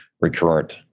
recurrent